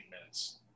minutes